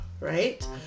Right